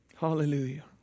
Hallelujah